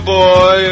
boy